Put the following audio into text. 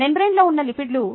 మెంబ్రేన్లో ఉన్న లిపిడ్లు